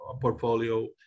portfolio